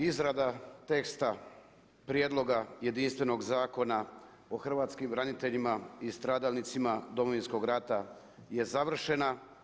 Izrada teksta prijedloga jedinstvenog zakona o hrvatskim braniteljima i stradalnicima Domovinskog rata je završena.